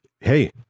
hey